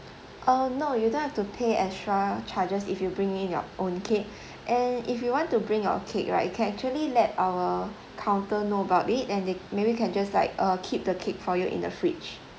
uh no you don't have to pay extra charges if you bring in your own cake and if you want to bring your cake right you can actually let our counter know about it and they maybe can just like uh keep the cake for you in the fridge